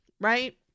right